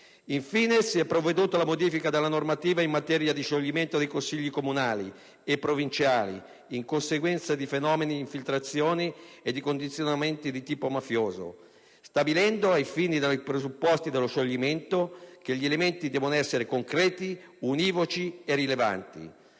Infine, si è provveduto alla modifica della normativa in materia di scioglimento dei consigli comunali e provinciali in conseguenza di fenomeni di infiltrazione e di condizionamento di tipo mafioso, stabilendo, ai fini dei presupposti dello scioglimento, che gli elementi debbano essere «concreti, univoci e rilevanti».